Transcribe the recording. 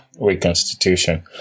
reconstitution